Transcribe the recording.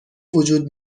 وجود